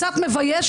קצת מבייש.